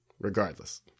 regardless